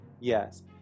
yes